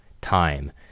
time